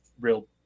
real